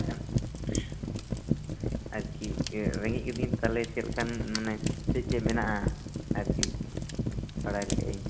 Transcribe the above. ᱟᱪᱪᱷᱟ ᱟᱨᱠᱤ ᱨᱮᱸᱜᱮᱡ ᱠᱟᱫᱤᱧ ᱪᱮᱫᱠᱟᱱ ᱪᱮᱫ ᱪᱮᱫ ᱢᱮᱱᱟᱜᱼᱟ ᱟᱨᱠᱤ ᱵᱟᱲᱟᱭ ᱞᱟᱹᱜᱟᱫ ᱤᱧ